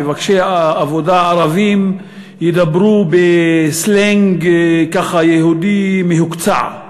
מבקשי העבודה הערבים ידברו בסלנג יהודי מהוקצע: